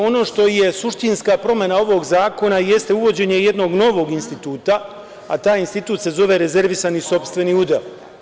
Ono što je suštinska promena ovog zakona jeste uvođenje jednog novog instituta, a taj institut se zove rezervisani sopstveni udeo.